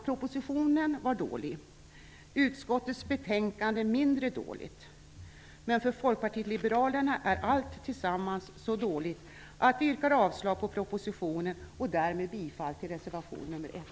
Propositionen var alltså dålig och utskottets betänkande mindre dåligt, men för Folkpartiet liberalerna är allt tillsammans så dåligt att vi yrkar avslag på propositionen och bifall till reservation nr 1